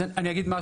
אז מה עושים?